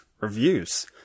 reviews